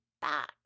back